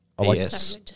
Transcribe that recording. Yes